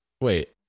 Wait